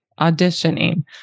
auditioning